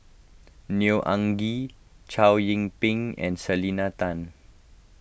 Neo Anngee Chow Yian Ping and Selena Tan